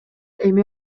эми